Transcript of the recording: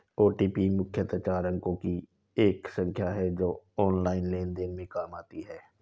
OTP मुख्यतः चार अंकों की एक संख्या है जो ऑनलाइन लेन देन में काम आती है